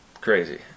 crazy